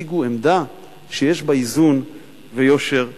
תציגו עמדה שיש בה איזון ויושר פנימי.